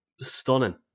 Stunning